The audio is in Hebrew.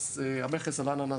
המכס על האננס